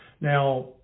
Now